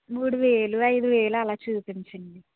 మూడు వేలు ఐదు వేలు అలా చూపించండి